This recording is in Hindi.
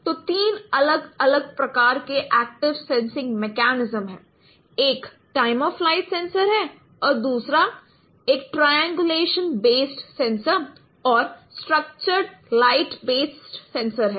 तो तीन अलग अलग प्रकार के एक्टिव सेंसिंग मैकेनिज्म हैं एक टाइम ऑफ फ्लाइट सेंसर है और दूसरा एक ट्राइंगुलेशन बेस्ड सेंसर और स्ट्रक्चर्ड लाइट बेस्ड सेंसर है